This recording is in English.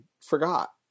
forgot